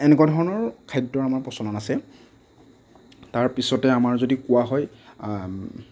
এনেকুৱা ধৰণৰ খাদ্যৰ আমাৰ প্ৰচলন আছে তাৰ পিছতে আমাৰ যদি কোৱা হয়